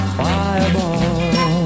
fireball